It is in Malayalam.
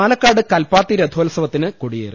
പാലക്കാട് കൽപ്പാത്തി രഥോത്സവത്തിനു കൊടിയേറി